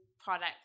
product